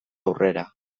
aurrera